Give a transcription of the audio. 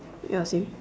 ya same